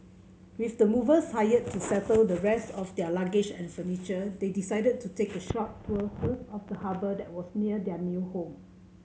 with the movers hired to settle the rest of their luggage and furniture they decided to take a short tour first of the harbour that was near their new home